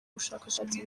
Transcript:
bushakashatsi